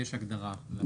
יש הגדרה.